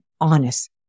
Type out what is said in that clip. honest